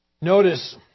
Notice